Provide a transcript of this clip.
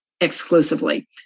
exclusively